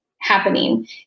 happening